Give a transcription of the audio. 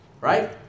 right